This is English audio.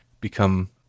become